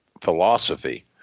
philosophy